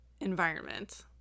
environment